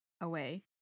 away